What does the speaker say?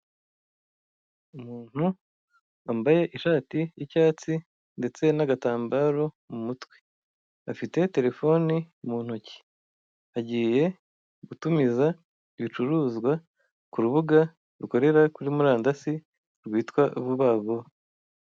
Umuntu wambaye ishati y'icyatsi ndetse n'agatambaro mu mutwe, afite telefone mu ntoki agiye gutumiza ibicuruzwa ku rubuga rukorera kuri murandasi rwitwa vubavuba.